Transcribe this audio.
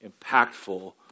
impactful